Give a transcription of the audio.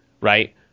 right